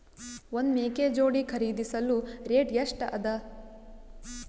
ಒಂದ್ ಮೇಕೆ ಜೋಡಿ ಖರಿದಿಸಲು ರೇಟ್ ಎಷ್ಟ ಅದ?